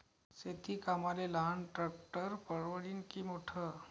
शेती कामाले लहान ट्रॅक्टर परवडीनं की मोठं?